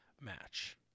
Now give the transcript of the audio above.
match